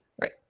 right